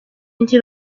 into